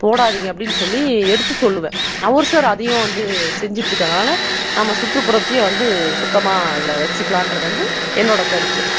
போடாதீங்க அப்படின்னு சொல்லி எடுத்து சொல்லுவேன் அதையும் வந்து செஞ்சிட்டிருக்காங்க அதனால் நம்ம சுற்றுபுறத்தையே வந்து சுத்தமாக அதில் வச்சுக்கலான்ட்றது வந்து என்னோடய கருத்து